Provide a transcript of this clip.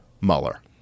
Mueller